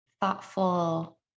thoughtful